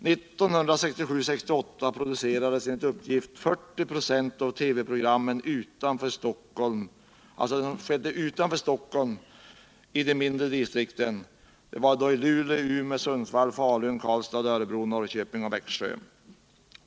1967/68 producerades enligt uppgift 40 96 av TV-programmen utanför Stockholm i de mindre distrikten Luleå, Umeå, Sundsvall, Falun, Karlstad, Örebro, Norrköping och Växjö.